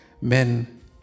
Men